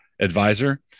advisor